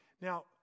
Now